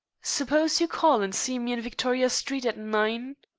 suppose you call and see me in victoria street at nine?